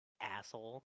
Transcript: Asshole